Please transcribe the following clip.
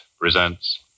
presents